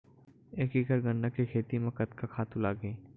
एक एकड़ गन्ना के खेती म कतका खातु लगही?